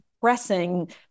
pressing